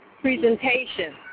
presentation